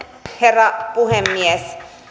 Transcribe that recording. herra puhemies